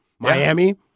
Miami